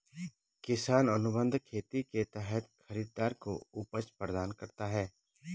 किसान अनुबंध खेती के तहत खरीदार को उपज प्रदान करता है